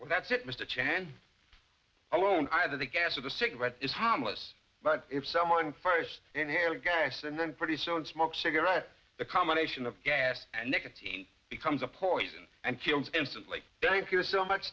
well that's it missed a chance alone either the gas or the cigarette is harmless but if someone first inhale guyse and then pretty soon smoke cigarettes the combination of gas and nicotine becomes a poison and killed instantly thank you so much